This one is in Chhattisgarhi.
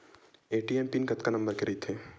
ए.टी.एम पिन कतका नंबर के रही थे?